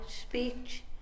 speech